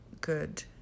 good